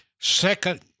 second